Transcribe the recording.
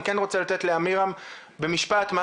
אני רוצה לתת לעמירם לומר משפט.